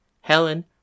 Helen